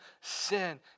sin